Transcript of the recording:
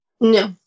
No